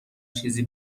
چیزی